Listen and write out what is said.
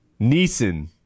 Neeson